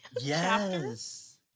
Yes